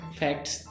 facts